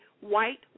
white